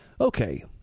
Okay